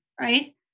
right